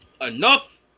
Enough